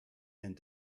and